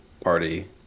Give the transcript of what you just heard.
party